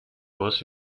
worth